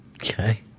Okay